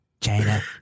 China